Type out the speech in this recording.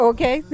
Okay